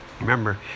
Remember